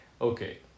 Okay